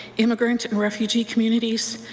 immigrant and refugee communities,